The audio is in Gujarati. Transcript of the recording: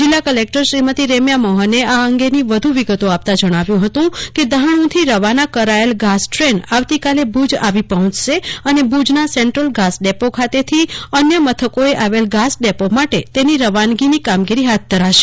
જિલ્લા કલેકટર શ્રીમતી રેમયા મોહને આ અંગેની વધુ વિગતો અપતા જણાવ્યું હતું કે દહાણુથી રવાના કરાયેલા ઘાસ ટ્રેન આવતીકાલે ભુજ આવી પહોંચશે અને ભુજના સેન્ટ્રલ ઘાસ ડેપો ખાતેથી અન્ય મથકોએ આવેલા ઘાસડેપો માટે તેની રવાનગીરીની કામગીરી હાથ ધરાશે